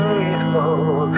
Faithful